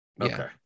Okay